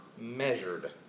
Measured